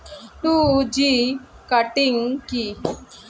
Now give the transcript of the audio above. Two G cutting কি?